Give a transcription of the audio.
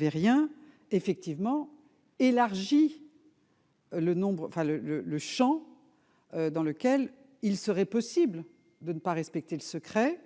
rien effectivement élargi. Le nombre, enfin le le le Champ dans lequel il serait possible de ne pas respecter le secret.